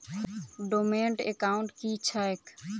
Dormant account की छैक?